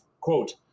Quote